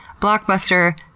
blockbuster